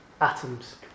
atoms